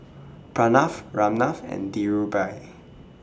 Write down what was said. Pranav Ramnath and Dhirubhai